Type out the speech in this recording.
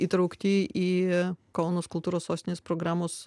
įtraukti į kaunas kultūros sostinės programos